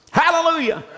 hallelujah